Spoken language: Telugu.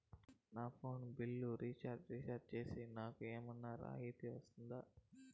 నా ఫోను బిల్లును రీచార్జి రీఛార్జి సేస్తే, నాకు ఏమన్నా రాయితీ వస్తుందా?